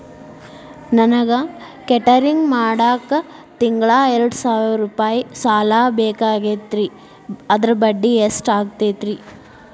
ನನಗ ಕೇಟರಿಂಗ್ ಮಾಡಾಕ್ ತಿಂಗಳಾ ಎರಡು ಸಾವಿರ ರೂಪಾಯಿ ಸಾಲ ಬೇಕಾಗೈತರಿ ಅದರ ಬಡ್ಡಿ ಎಷ್ಟ ಆಗತೈತ್ರಿ?